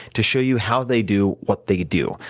to show you how they do what they do,